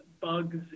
bugs